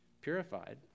purified